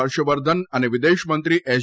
હર્ષવર્ધન અને વિદેશમંત્રી એસ